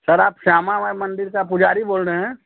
sir आप श्यामामय मंदिर से पुजारी बोल रहे हैं